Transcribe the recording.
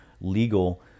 legal